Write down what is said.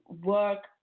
work